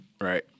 right